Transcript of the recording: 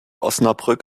osnabrück